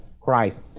Christ